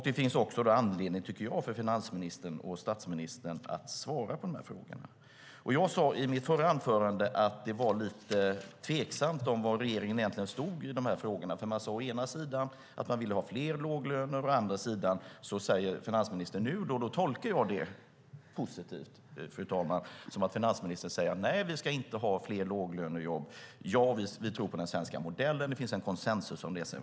Det finns också anledning, tycker jag, för finansministern och statsministern att svara på frågorna. Som jag sade i mitt förra anförande är det lite tveksamt var regeringen egentligen står i de här frågorna. Å ena sidan har man sagt att man vill ha fler låglönejobb. Å andra sidan säger finansministern nu - och jag tolkar det positivt, fru talman - att vi inte ska ha fler låglönejobb, att man tror på den svenska modellen och att det finns en konsensus om detta.